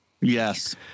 Yes